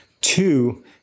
Two